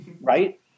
Right